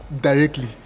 directly